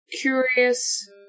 curious